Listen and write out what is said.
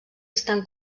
estan